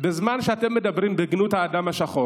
בזמן שאתם מדברים בגנות האדם השחור,